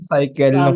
Cycle